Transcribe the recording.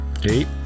Hey